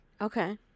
Okay